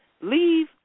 leave